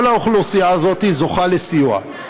כל האוכלוסייה הזאת זוכה לסיוע.